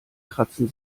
kratzen